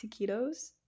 taquitos